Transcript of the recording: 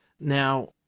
Now